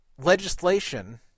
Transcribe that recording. legislation